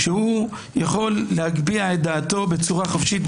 הוא יכול להביע את דעתו בצורה חופשית,